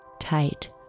Tight